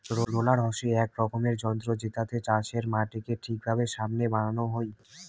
roller হসে এক রকমের যন্ত্র জেতাতে চাষের মাটিকে ঠিকভাবে সমান বানানো হই